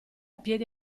piedi